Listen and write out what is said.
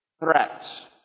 threats